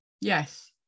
yes